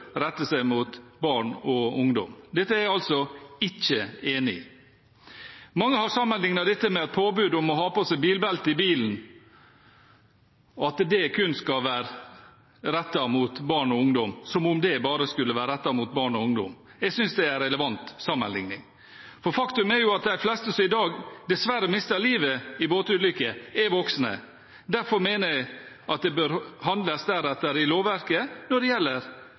på seg flyteutstyr kun bør rette seg mot barn og ungdom. Dette er jeg ikke enig i. Mange har sammenlignet dette med at et påbud om å ha på seg bilbelte i bilen bare skulle være rettet mot barn og ungdom. Jeg synes det er en relevant sammenligning. Faktum er jo at de fleste som i dag dessverre mister livet i båtulykker, er voksne. Derfor mener jeg at det bør handles deretter i lovverket når det gjelder